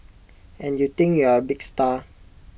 and you think you're A big star